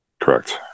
Correct